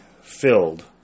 filled